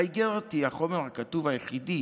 האיגרת היא החומר הכתוב היחידי